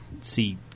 see